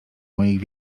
moich